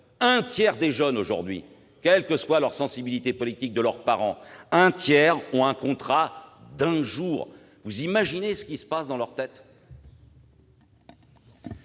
Un tiers des jeunes, quelle que soit la sensibilité politique de leurs parents, ont un contrat d'un jour. Pouvez-vous imaginer ce qui se passe dans leur tête ?